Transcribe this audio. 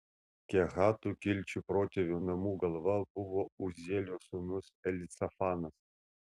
kehatų kilčių protėvių namų galva buvo uzielio sūnus elicafanas